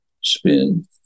spin